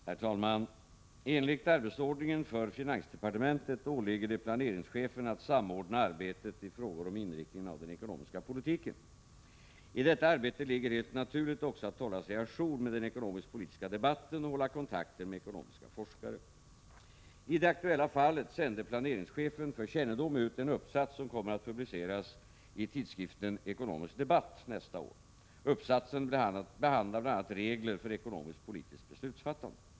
Herr talman! Enligt arbetsordningen för finansdepartementet åligger det planeringschefen att samordna arbetet i frågor om inriktningen av den ekonomiska politiken. I detta arbete ligger helt naturligt också att hålla sig å jour med den ekonomisk-politiska debatten och hålla kontakter med ekonomiska forskare. I det aktuella fallet sände planeringschefen för kännedom ut en uppsats som kommer att publiceras i tidskriften Ekonomisk debatt nästa år. Uppsatsen behandlar bl.a. regler för ekonomisk-politiskt beslutsfattande.